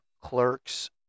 Clerks